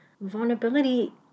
vulnerability